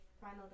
Final